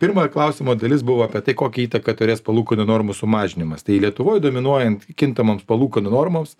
pirma klausimo dalis buvo apie tai kokią įtaką turės palūkanų normų sumažinimas tai lietuvoj dominuojant kintamoms palūkanų normoms